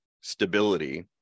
stability